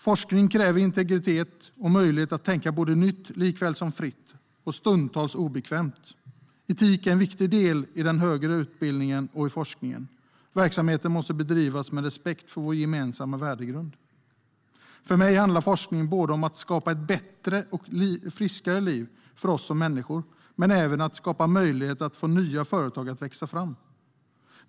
Forskning kräver integritet och möjlighet att tänka både nytt likaväl som fritt och stundtals obekvämt. Etik är en viktig del i den högre utbildningen och i forskningen. Verksamheten måste bedrivas med respekt för vår gemensamma värdegrund. För mig handlar forskning om både att skapa ett bättre och friskare liv för oss som människor och att skapa möjligheter att få nya företag att växa fram.